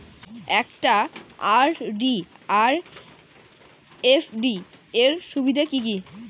একটা আর.ডি আর এফ.ডি এর সুবিধা কি কি?